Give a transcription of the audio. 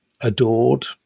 adored